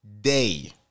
day